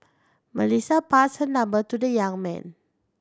Melissa passed her number to the young man